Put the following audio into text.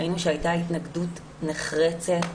ראינו שהייתה התנגדות נחרצת.